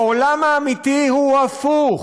העולם האמיתי הוא הפוך.